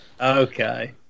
Okay